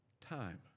time